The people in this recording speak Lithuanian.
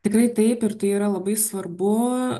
tikrai taip ir tai yra labai svarbu